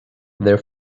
their